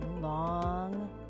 long